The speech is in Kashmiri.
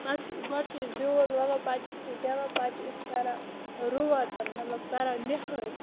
پتہٕ گۄڈٕ چھِ أسۍ بیول ووان پتہٕ چھِ سُہ زیوان پتہٕ چھِ أسۍ کران رُواں تِم مطلب کران نِہٲلۍ